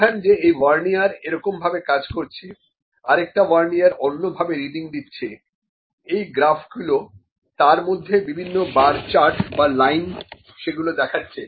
দেখান যে এই ভার্নিয়ারএকরকম ভাবে কাজ করছে আরেকটা ভার্নিয়ার অন্য ভাবে রিডিং দিচ্ছে এই গ্রাফগুলো তার মধ্যে বিভিন্ন বার চার্ট বা লাইন সেগুলো দেখাচ্ছে